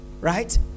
right